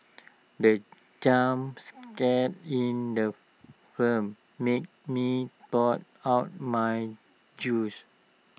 the jump scare in the firm made me dough out my juice